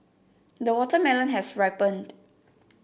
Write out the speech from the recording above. the watermelon has ripened